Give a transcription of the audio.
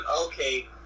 okay